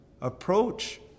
approach